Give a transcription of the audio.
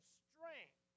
strength